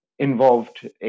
involved